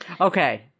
Okay